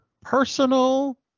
personal